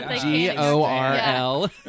G-O-R-L